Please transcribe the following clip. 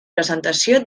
presentació